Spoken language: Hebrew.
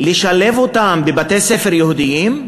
לשלב אותם בבתי-ספר יהודיים,